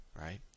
right